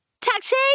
Taxi